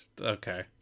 okay